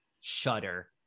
Shudder